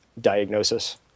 Diagnosis